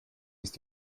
ist